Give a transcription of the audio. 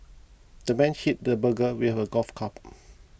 the man hit the burglar with a golf club